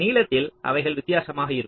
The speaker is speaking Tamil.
நீளத்தில் அவைகள் வித்தியாசமாக இருக்கும்